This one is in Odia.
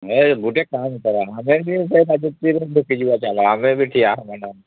ଏଇ ଗୋଟିଏ କାମ କର ଆମେ ବି ଚାଲ ଆମେ ବି ଠିଆ ହେବା ଡ଼ନ୍